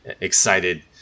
excited